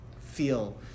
feel